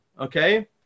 okay